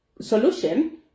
solution